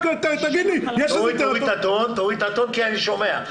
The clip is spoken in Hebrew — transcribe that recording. תוריד את הטון, כי אני שומע.